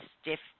stiff